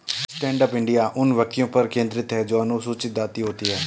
stand up India उन व्यक्तियों पर केंद्रित है जो अनुसूचित जाति होती है